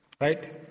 Right